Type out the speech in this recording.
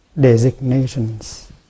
designations